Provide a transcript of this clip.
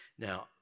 Now